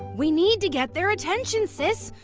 we need to get their attention, sis!